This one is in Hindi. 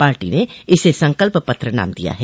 पार्टी ने इसे संकल्प पत्र नाम दिया है